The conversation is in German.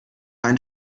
einen